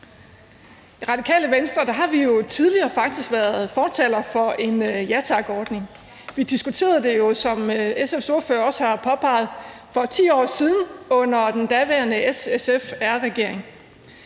Radikale Venstre har vi jo tidligere faktisk været fortalere for en Ja Tak-ordning. Vi diskuterede det, som SF's ordfører også har påpeget, for 10 år siden under den daværende S-SF-R-regering.